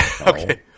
Okay